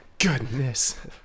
goodness